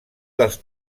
dels